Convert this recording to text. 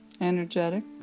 energetic